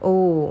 oh